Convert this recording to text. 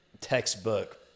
textbook